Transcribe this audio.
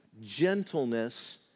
gentleness